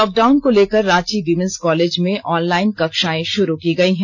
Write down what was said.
lockdown को लेकर Ranchi women's college में ऑनलाइन कक्षाएं शुरू की गयी हैं